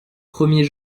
premier